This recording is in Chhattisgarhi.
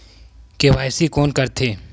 के.वाई.सी कोन करथे?